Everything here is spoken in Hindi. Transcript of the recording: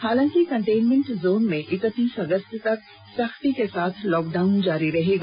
हालांकि कंटेनमेंट जोन में इकतीस अगस्त तक सख्ती के साथ लॉकडाउन जारी रहेगा